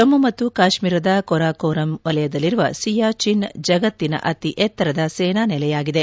ಜಮ್ಮು ಮತ್ತು ಕಾಶ್ಮೀರದ ಕಾರಾಕೋರಂ ವಲಯದಲ್ಲಿರುವ ಸಿಯಾಚಿನ್ ಜಗತ್ತಿನ ಅತಿ ಎತ್ತರದ ಸೇನಾ ನೆಲೆಯಾಗಿದೆ